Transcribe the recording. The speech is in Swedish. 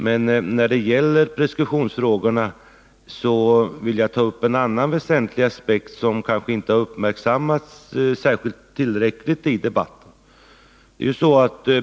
Men när det gäller preskriptionsfrågorna vill jag ta upp en annan väsentlig aspekt, som kanske inte har uppmärksammats tillräckligt i debatten.